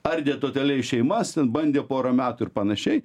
ardė totaliai šeimas ten bandė porą metų ir panašiai